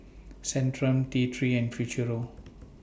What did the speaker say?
Centrum T three and Futuro